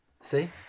See